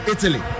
Italy